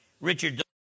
Richard